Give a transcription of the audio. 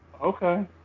Okay